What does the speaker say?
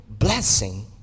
blessing